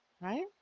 right